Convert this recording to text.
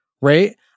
right